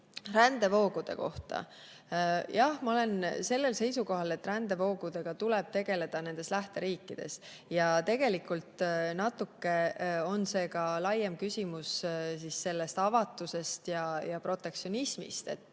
rändevoogude kohta. Jah, ma olen seisukohal, et rändevoogudega tuleb tegeleda nende lähteriikides. Aga tegelikult on see ka laiem küsimus avatusest ja protektsionismist.